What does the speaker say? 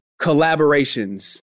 collaborations